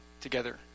together